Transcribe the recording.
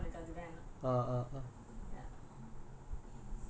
you have it like abundance அதுனால உனக்கு அது வேண்டாம்:athunala unakku athu vendaam